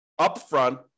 upfront